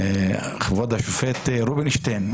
כבוד השופט רובינשטיין,